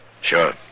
Sure